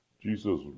Jesus